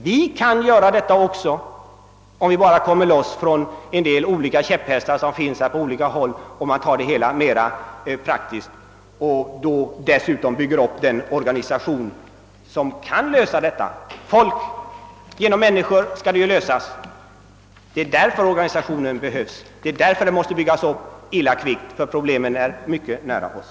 Vi kan också göra det, om vi bara kommer loss från en del käpphästar på olika håll och tar det hela mera praktiskt och dessutom bygger upp den organisation som kan lösa problemen. Genom människor skall de lösas. Det är därför organisationen behövs, det är därför den måste byggas upp illa kvickt. Problemen är mycket nära OSS.